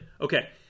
Okay